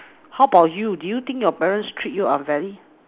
how about you do you think your parent treat you unfairly